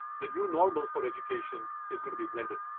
the new normal for education is gonna be blended.